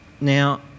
now